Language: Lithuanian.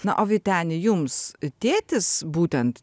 na o vyteni jums tėtis būtent